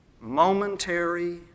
momentary